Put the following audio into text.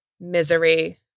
Misery